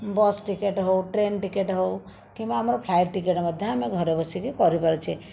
bus ticket ହେଉ train ticket ହେଉ କିମ୍ବା ଆମର ଫ୍ଲାଇଟ୍ ଟିକେଟ୍ ମଧ୍ୟ ଆମେ ଘରେ ବସିକି କରିପାରୁଛେ